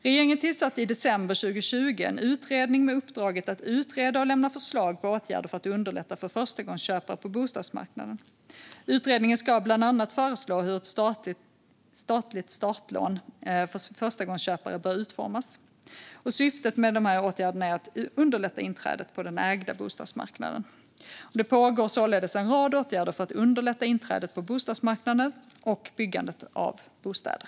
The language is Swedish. Regeringen tillsatte i december 2020 en utredning med uppdraget att utreda och lämna förslag på åtgärder för att underlätta för förstagångsköpare på bostadsmarknaden. Utredningen ska bland annat föreslå hur ett statligt startlån för förstagångsköpare ska utformas. Syftet med dessa åtgärder är att underlätta inträdet på marknaden för ägda bostäder. Det pågår således en rad åtgärder för att underlätta inträdet på bostadsmarknaden och byggandet av bostäder.